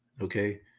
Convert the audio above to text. Okay